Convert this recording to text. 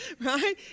right